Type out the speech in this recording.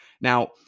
Now